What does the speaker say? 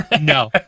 No